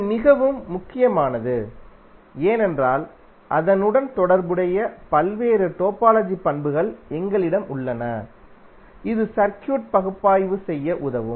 இது மிகவும் முக்கியமானது ஏனென்றால் அதனுடன் தொடர்புடைய பல்வேறு டோபாலஜி பண்புகள் எங்களிடம் உள்ளன இது சர்க்யூட் பகுப்பாய்வு செய்ய உதவும்